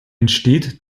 entsteht